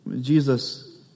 Jesus